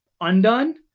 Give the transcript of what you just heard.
undone